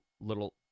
little